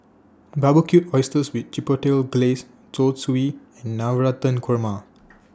Barbecued Oysters with Chipotle Glaze Zosui and Navratan Korma